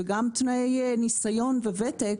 וגם בתנאי ניסיון וותק.